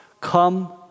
come